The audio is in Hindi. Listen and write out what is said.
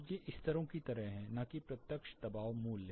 तो ये स्तरों की तरह हैं न कि प्रत्यक्ष दबाव मूल्य